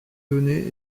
données